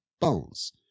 bones